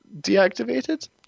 deactivated